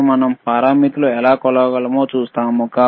మరియు మనం పారామితులు ఎలా కొలవగలమో చూస్తాము